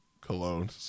cologne